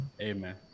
Amen